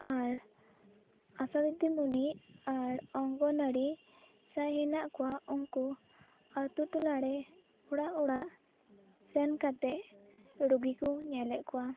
ᱟᱨ ᱟᱥᱟ ᱫᱤᱫᱤᱢᱩᱱᱤ ᱟᱨ ᱚᱝᱜᱚᱱᱟᱲᱤ ᱡᱟᱦᱟᱭ ᱢᱮᱱᱟᱜ ᱠᱚᱭᱟ ᱩᱱᱠᱩ ᱟᱹᱛᱩ ᱴᱚᱞᱟ ᱨᱮ ᱚᱲᱟᱜ ᱚᱲᱟᱜ ᱥᱮᱱ ᱠᱟᱛᱮᱫ ᱨᱩᱜᱤᱠᱩ ᱧᱮᱞ ᱮᱫ ᱠᱚᱣᱟ